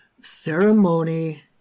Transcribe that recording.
Ceremony